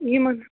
یِمَن